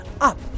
up